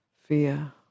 fear